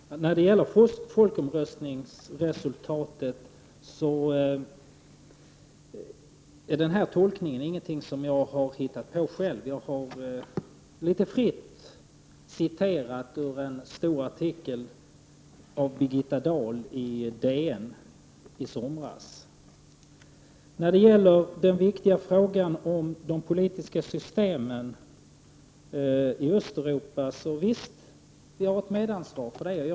Herr talman! När det gäller folkomröstningsresultatet har jag inte hittat på denna tolkning själv. Jag har litet fritt citerat ur en stor artikel av Birgitta Dahl i DN i somras. Beträffande den viktiga frågan om de politiska systemen i Östeuropa har jag ett medansvar för denna fråga.